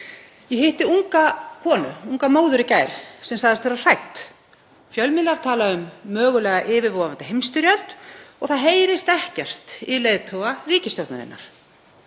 Ég hitti unga konu, unga móður í gær sem sagðist vera hrædd. Fjölmiðlar tala um mögulega yfirvofandi heimsstyrjöld og það heyrist ekkert í leiðtoga ríkisstjórnarinnar.